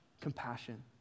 compassion